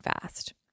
fast